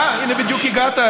אה, הינה, בדיוק הגעת.